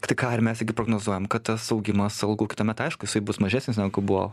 tai ką ir mes prognozuojam kad tas augimas algų kitąmet aišku jisai bus mažesnis negu buvo